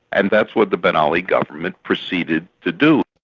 and that's what the ben ali government proceeded to do.